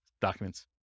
documents